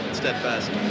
steadfast